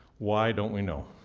why don't we know?